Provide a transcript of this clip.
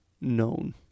known